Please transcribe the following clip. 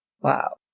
Wow